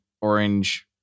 Orange